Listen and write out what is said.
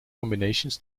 combinations